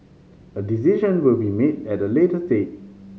a decision will be made at a later date